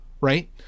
right